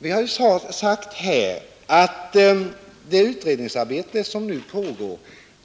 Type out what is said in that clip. Vi har ju här sagt att det utredningsarbete som nu pågår